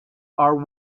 are